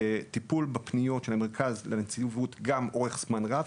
הטיפול בפניות של המרכז לנציבות גם אורך זמן רב,